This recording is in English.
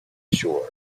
shores